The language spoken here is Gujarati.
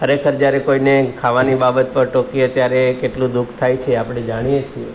ખરેખર જ્યારે કોઈને ખાવાની બાબત પર ટોકીએ ત્યારે કેટલું દુઃખ થાય છે એ આપણે જાણીએ છીએ